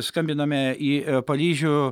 skambiname į paryžių